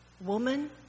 Woman